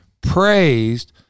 praised